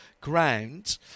ground